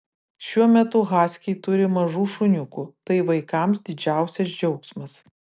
šiuo metu haskiai turi mažų šuniukų tai vaikams didžiausias džiaugsmas